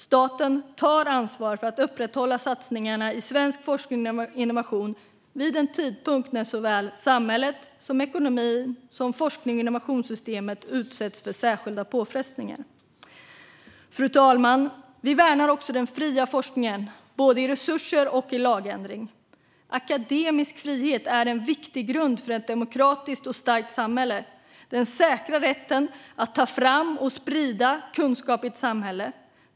Staten tar ansvar för att upprätthålla satsningarna på svensk forskning och innovation vid en tidpunkt när såväl samhället som ekonomin och forsknings och innovationssystemet utsätts för särskilda påfrestningar. Fru talman! Vi värnar den fria forskningen både med resurser och genom lagändring. Akademisk frihet är en viktig grund för ett demokratiskt och starkt samhälle. Den säkrar rätten att ta fram och sprida kunskap i ett samhälle.